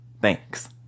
Thanks